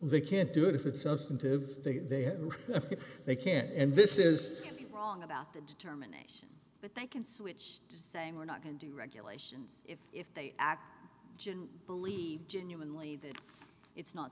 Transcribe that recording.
they can't do it if it's substantive they have it they can't and this is wrong about that determination but they can switch to saying we're not going to do regulations if they act believe genuinely that it's not